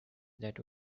that